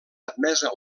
admesa